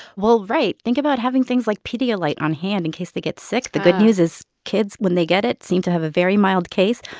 well, right. think about having things like pedialyte on hand in and case they get sick. the good news is kids, when they get it, seem to have a very mild case.